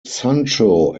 sancho